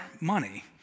money